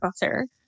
butter